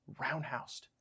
roundhoused